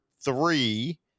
three